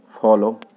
follow